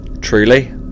Truly